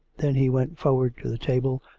then he went forward to the table,